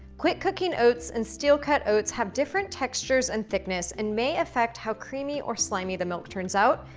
quick-cooking oats and steel cut oats have different textures and thickness, and may affect how creamy or slimy the milk turns out,